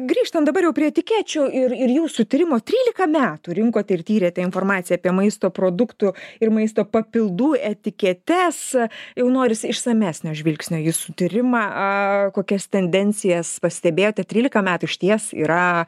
grįžtant dabar jau prie etikečių ir ir jūsų tyrimo trylika metų rinkot ir tyrėte informaciją apie maisto produktų ir maisto papildų etiketes jau norisi išsamesnio žvilgsnio į jūsų tyrimą kokias tendencijas pastebėjote trylika metų išties yra